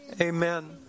Amen